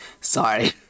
sorry